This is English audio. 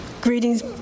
Greetings